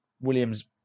Williams